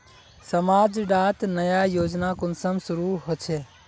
समाज डात नया योजना कुंसम शुरू होछै?